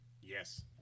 Yes